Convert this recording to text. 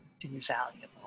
invaluable